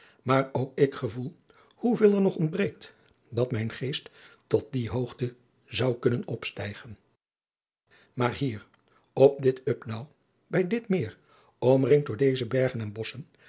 maar ook ik gevoel hoeveel er nog ontbreekt dat mijn geest tot die hoogte zou kunnen opstijgen maar hier op dit upnau bij dit meer omringd door deze bergen en bosschen